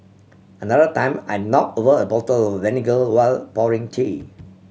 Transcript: another time I knock over a bottle vinegar while pouring tea